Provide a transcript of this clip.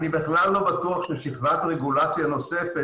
אני בכלל לא בטוח שצריך שכבת רגולציה נוספת.